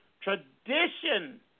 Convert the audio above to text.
tradition